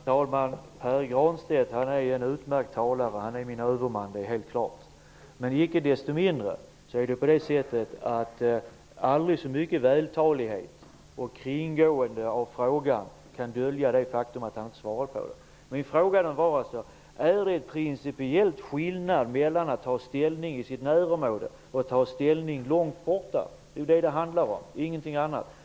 Herr talman! Pär Granstedt är en utmärkt talare. Han är min överman. Det är helt klart. Men icke desto mindre är det så att vältaligheten -- om än aldrig så stor -- och kringgåendet i en fråga inte kan dölja det faktum att något svar inte har getts. Min fråga är alltså: Finns det en principiell skillnad mellan att ta ställning när det gäller det egna närområdet och mellan att ta ställning när det gäller områden långt borta? Detta och ingenting annat handlar det om.